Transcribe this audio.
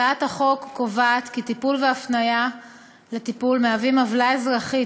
הצעת החוק קובעת כי טיפול והפניה לטיפול מהווים עוולה אזרחית,